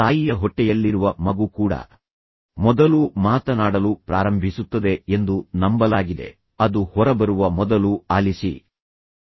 ತಾಯಿಯ ಹೊಟ್ಟೆಯಲ್ಲಿರುವ ಮಗು ಕೂಡ ಮೊದಲು ಮಾತನಾಡಲು ಪ್ರಾರಂಭಿಸುತ್ತದೆ ಎಂದು ನಂಬಲಾಗಿದೆ ಅದು ಹೊರಬರುವ ಮೊದಲು ಆಲಿಸಿ ನಂತರ ನಿಧಾನವಾಗಿ ಮಾತನಾಡಲು ಪ್ರಾರಂಭಿಸುತ್ತದೆ